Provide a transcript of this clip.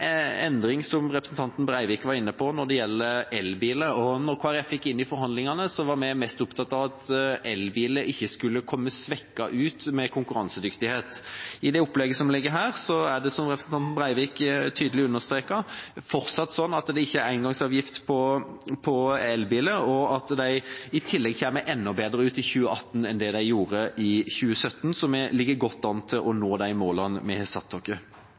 endring, som representanten Breivik var inne på, når det gjelder elbiler. Da Kristelig Folkeparti gikk inn i forhandlingene, var vi mest opptatt av at elbiler ikke skulle komme svekket ut med hensyn til konkurransedyktighet. I det opplegget som ligger her, er det, som representanten Breivik tydelig understreket, fortsatt sånn at det ikke er engangsavgift på elbiler, og at de i tillegg kommer enda bedre ut i 2018 enn det de gjorde i 2017, så vi ligger godt an til å nå de målene vi har satt oss.